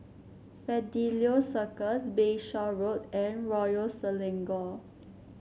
Fidelio Circus Bayshore Road and Royal Selangor